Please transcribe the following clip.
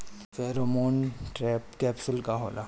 Pheromone trap capsule में का होला?